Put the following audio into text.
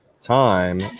time